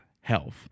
health